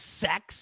sex